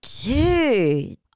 Dude